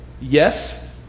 yes